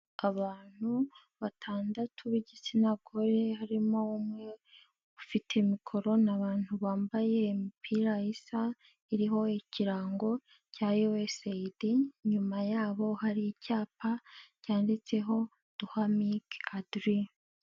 Abantu batandatu b'igitsina gore harimo umwe, ufite mikoro n'abantu bambaye imipira isa, iriho ikirango cya yusayidi inyuma yaho hari icyapa, cyanditseho duha miki adiri.